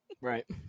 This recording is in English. right